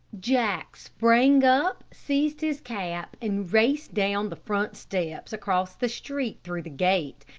jack sprang up, seized his cap, and raced down the front steps, across the street, through the gate,